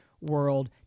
world